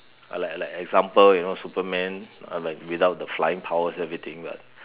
like like example you know Superman ah like without the flying powers everything but